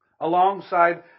alongside